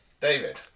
David